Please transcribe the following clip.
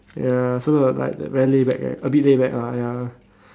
ya so uh like very laid back right a bit laid back lah ya